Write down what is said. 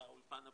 לאולפן הפרטי.